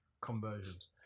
conversions